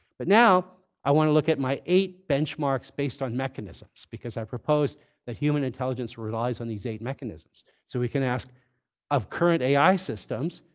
but now i want to look at my eight benchmarks based on mechanisms, because i propose that human intelligence relies on these eight mechanisms. so we can ask of current ai systems,